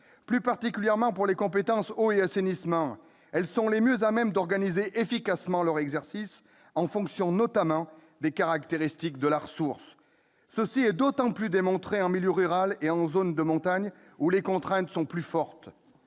Plus particulièrement, pour les compétences « eau » et « assainissement », elles sont les mieux à même d'organiser efficacement leur exercice, en fonction notamment des caractéristiques de la ressource. Cela est d'autant plus démontré en milieu rural et en zone de montagne où les contraintes sont plus fortes.